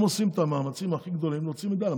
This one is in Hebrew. הם עושים את המאמצים הכי גדולים להוציא מדליה.